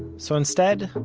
so instead,